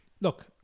look